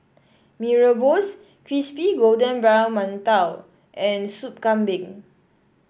Mee Rebus Crispy Golden Brown Mantou and Soup Kambing